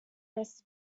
this